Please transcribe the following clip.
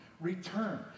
Return